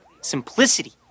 simplicity